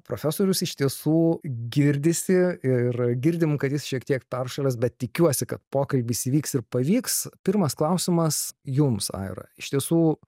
profesorius iš tiesų girdisi ir girdim kad jis šiek tiek peršalęs bet tikiuosi kad pokalbis įvyks ir pavyks pirmas klausimas jums aira iš tiesų